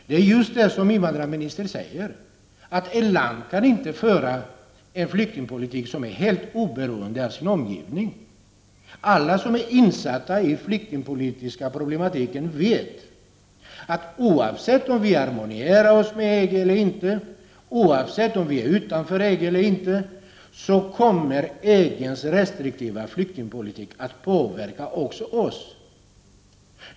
Det är just så som invandrarministern säger, nämligen att ett land inte kan föra en flyktingpolitik som är helt oberoende av sin omgivning. Alla som är insatta i den flyktingpolitiska problematiken vet att oavsett om Sverige harmoniseras med EG eller inte och oavsett om Sverige står utanför EG eller inte kommer EG:s restriktiva flyktingpolitik att påverka också oss.